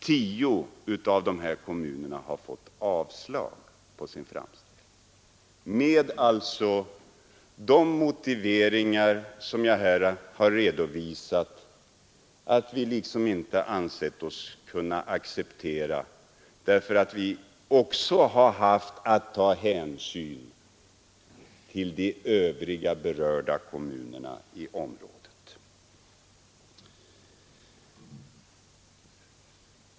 10 av dem har fått avslag på sin framställning med de motiveringar jag här redovisat, alltså att vi inte ansett oss kunna acceptera deras krav, eftersom vi också har att ta hänsyn till övriga berörda kommuner i området.